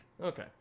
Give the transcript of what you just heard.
Okay